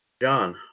John